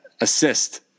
assist